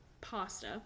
pasta